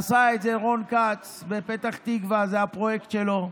עשה את זה רון כץ בפתח תקווה, זה הפרויקט שלו.